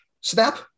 snap